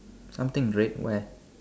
something red where